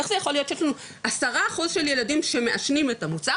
איך זה יכול להיות שיש לנו עשרה אחוז של ילדים שמעשנים את המוצר?